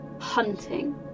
hunting